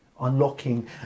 unlocking